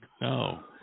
No